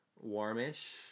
warmish